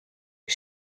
wie